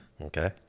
Okay